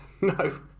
No